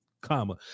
Comma